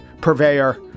purveyor